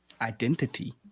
identity